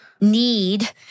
need